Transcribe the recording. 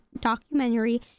documentary